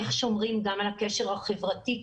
איך שומרים גם על הקשר החברתי.